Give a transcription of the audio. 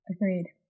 Agreed